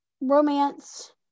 romance